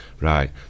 Right